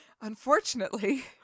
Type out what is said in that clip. Unfortunately